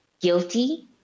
guilty